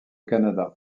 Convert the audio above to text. canada